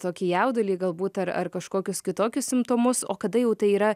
tokį jaudulį galbūt ar ar kažkokius kitokius simptomus o kada jau tai yra